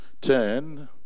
ten